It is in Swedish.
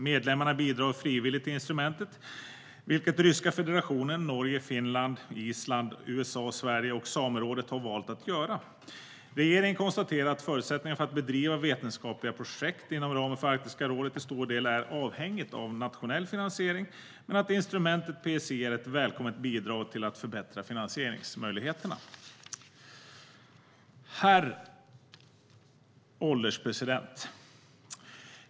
Medlemmarna bidrar frivilligt till instrumentet, vilket Ryska federationen, Norge, Finland, Island, USA, Sverige och Samerådet har valt att göra. Regeringen konstaterar att förutsättningarna för att bedriva vetenskapliga projekt inom ramen för Arktiska rådet till stor del är avhängiga av nationell finansiering men att instrumentet PSI är ett välkommet bidrag för att förbättra finansieringsmöjligheterna. Herr ålderspresident!